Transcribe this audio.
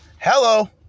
Hello